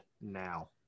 now